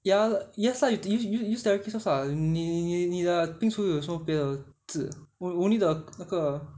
ya yes yes ah us~ use use teriyaki sauce ah 你你的冰厨有有什么别的汁 only the 那个